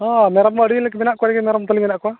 ᱦᱮᱸ ᱢᱮᱨᱚᱢ ᱫᱚ ᱟᱹᱰᱤ ᱞᱮᱠᱟᱱ ᱢᱮᱱᱟᱜ ᱠᱚᱣᱟ ᱢᱮᱨᱚᱢ ᱛᱟᱹᱞᱤᱧ ᱢᱮᱱᱟᱜ ᱠᱚᱣᱟ